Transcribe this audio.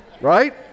right